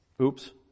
Oops